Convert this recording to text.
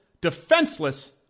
defenseless